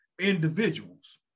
individuals